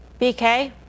BK